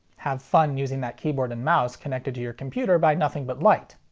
have fun using that keyboard and mouse connected to your computer by nothing but light.